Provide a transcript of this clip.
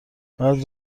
باید